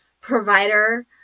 provider